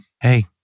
hey